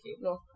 No